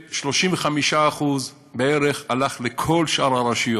ו-35% בערך הלכו לכל שאר הרשויות.